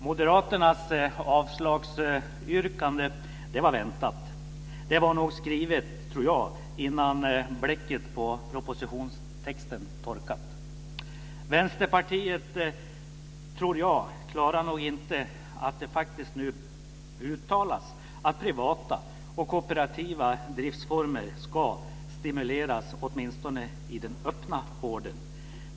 Moderaternas avslagsyrkande var väntat. Det var nog skrivet, tror jag, innan bläcket på propositionstexten torkat. Vänsterpartiet tror jag inte klarar att det nu faktiskt uttalas att privata och kooperativa driftsformer ska stimuleras i åtminstone den öppna vården.